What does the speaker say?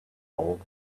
old